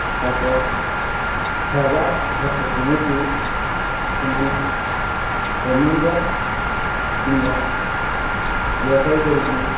ତାକର୍ ଖାଏବାର୍ ଭର୍କ କମେଇକି ସେମାନେ ଗଭର୍ଣ୍ଣମେଣ୍ଟ୍ ଜବ୍ କିମ୍ବା ବ୍ୟବସାୟୀ କରିକି